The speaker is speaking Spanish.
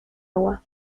agua